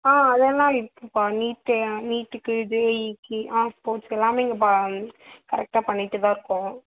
ஆ அதெல்லாம் இருக்குதுப்பா நீட்டு நீட்டுக்கு ஜேஇக்கு ஆ ஸ்போட்ர்ஸ் எல்லாமே இங்கே ப கரைக்ட்டாக பண்ணிகிட்டு தான் இருக்கோம்